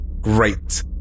Great